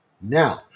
Now